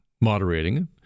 moderating